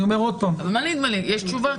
יש תשובה?